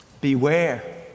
Beware